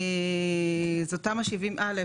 זה תמ"א 70(א).